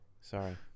Sorry